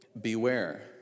beware